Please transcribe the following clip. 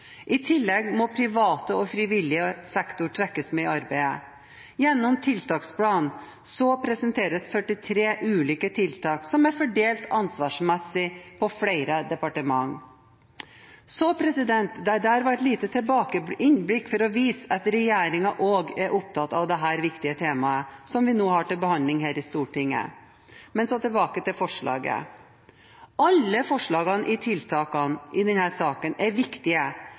I tillegg må privat og frivillig sektor trekkes med i arbeidet. Gjennom tiltaksplanen presenteres 43 ulike tiltak som er fordelt ansvarsmessig på flere departementer. Dette var et lite innblikk for å vise at regjeringen også er opptatt av dette viktige temaet som vi nå har til behandling her i Stortinget. Men så tilbake til forslaget. Alle forslagene til tiltak i denne saken er viktige,